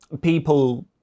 People